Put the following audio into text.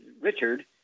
Richard